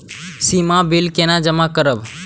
सीमा bill केना जमा करब?